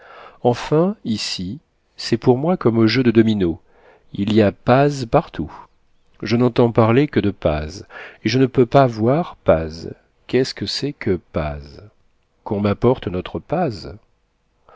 enfin ici c'est pour moi comme au jeu de domino il y a paz partout je n'entends parler que de paz et je ne peux pas voir paz qu'est-ce que c'est que paz qu'on m'apporte notre paz